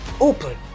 open